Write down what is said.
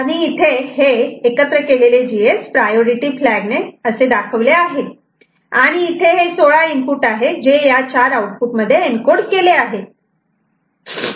आणि इथे हे प्रायोरिटी फ्लॅग असे दाखवले आहे आणि इथे 16 इनपुट आहेत जे या 4 आउटपुट एनकोड केले आहे आहेत